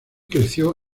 creció